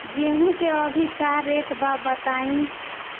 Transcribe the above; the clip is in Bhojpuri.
गेहूं के अभी का रेट बा बताई?